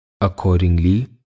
Accordingly